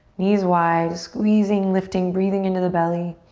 knees wide, squeezing, lifting, breathing into the belly.